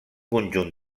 conjunt